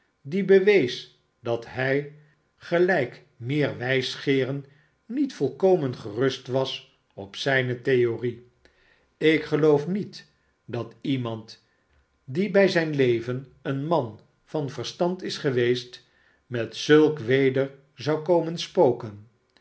die bewees dat hij gelijk meer wijsgeeren niet volkomen gerust was op zijne theorie ik geloof niet dat iemand die bij zijn leven een man van verstand is geweest met zulk weder zou komen spoken